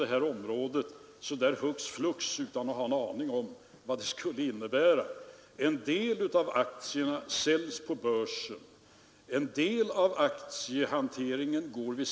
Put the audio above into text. Det här är ju inget att tjafsa om, men jag talade som sagt faktiskt om tvåårsperioder, och därför var herr Heléns anmärkning alldeles onödig.